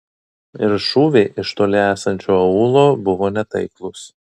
ir šūviai iš toli esančio aūlo buvo netaiklūs